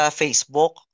facebook